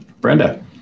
Brenda